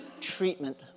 treatment